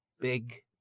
big